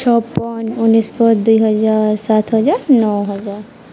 ଛପନ ଦୁଇହଜାର ସାତ ହଜାର ନଅ ହଜାର